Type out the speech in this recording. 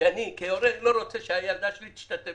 שאני כהורה לא רוצה שהילדה שלי תשתתף,